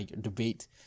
debate